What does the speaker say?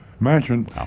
Imagine